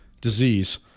disease